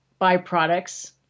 byproducts